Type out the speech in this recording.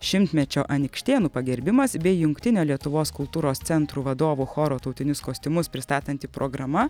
šimtmečio anykštėnų pagerbimas bei jungtinio lietuvos kultūros centrų vadovų choro tautinius kostiumus pristatanti programa